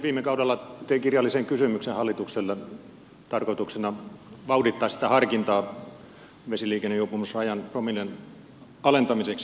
viime kaudella tein kirjallisen kysymyksen hallitukselle tarkoituksena vauhdittaa sitä harkintaa vesiliikennejuopumuksen promillerajan alentamiseksi